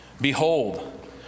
Behold